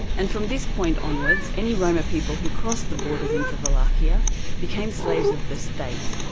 and from this point onwards, any roma people who crossed the borders into wallachia became slaves of the state.